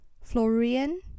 Florian